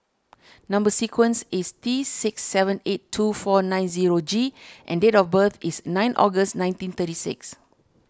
Number Sequence is T six seven eight two four nine zero G and date of birth is nine August nineteen thirty six